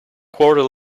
quarter